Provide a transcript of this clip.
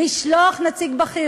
לשלוח נציג בכיר,